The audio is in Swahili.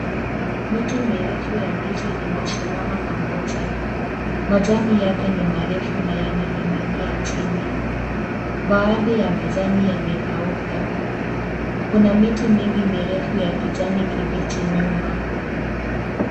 Miti mirefu ya ndizi imesimama pamoja, majani yake ni marefu na yananinginia chini, baadhi ya majani yamekauka, kuna miti mingi mirefu ya kijani kibichi nyuma.